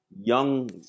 young